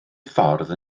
ffordd